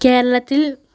കേരളത്തില്